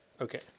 Okay